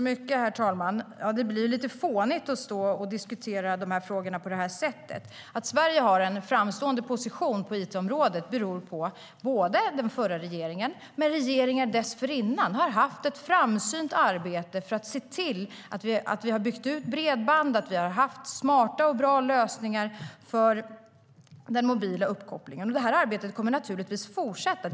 Herr talman! Det blir lite fånigt att stå och diskutera de här frågorna på detta sätt. Att Sverige har en framstående position på it-området beror delvis på den förra regeringen, men regeringar dessförinnan har bedrivit ett framsynt arbete för att bygga ut bredband och se till att vi haft smarta och bra lösningar för den mobila uppkopplingen. Det här arbetet kommer naturligtvis att fortsätta.